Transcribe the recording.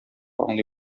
аңлый